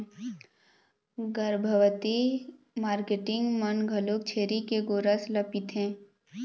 गरभबती marketing मन घलोक छेरी के गोरस ल पिथें